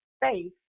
faith